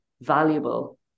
valuable